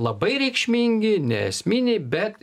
labai reikšmingi neesminiai bet